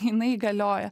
jinai galioja